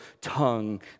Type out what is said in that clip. tongue